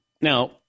Now